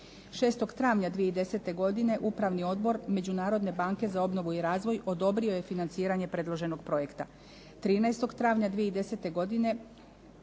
6. travnja 2010. godine Upravni odbor Međunarodne banke za obnovu i razvoj odobrio je financiranje predloženog projekta.